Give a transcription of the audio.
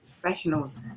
professionals